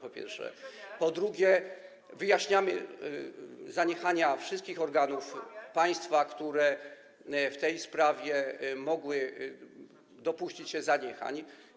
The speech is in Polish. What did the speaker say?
Po drugie, wyjaśniamy zaniechania wszystkich organów państwa, które w tej sprawie mogły dopuścić się zaniechań.